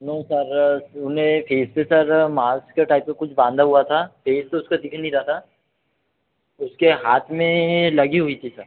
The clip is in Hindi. नो सर उन्हें फ़ेस पे सर मास्क के टाइप का कुछ बांधा हुआ था फ़ेस तो उसका दिख नहीं रहा था उसके हाथ में लगी हुई थी सर